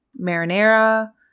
marinara